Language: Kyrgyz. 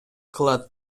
кылат